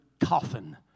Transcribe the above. coffin